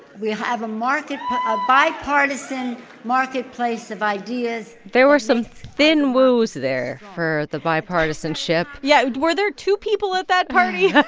we have a market a bipartisan marketplace of ideas there were some thin woos there for the bipartisanship yeah, were there two people at that party?